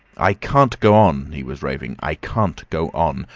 i can't go on, he was raving. i can't go on.